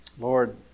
Lord